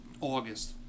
August